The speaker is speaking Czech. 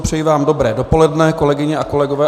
Přeji vám dobré dopoledne, kolegyně a kolegové.